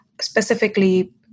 specifically